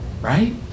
Right